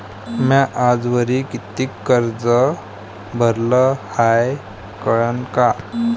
म्या आजवरी कितीक कर्ज भरलं हाय कळन का?